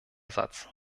satz